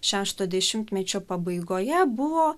šešto dešimtmečio pabaigoje buvo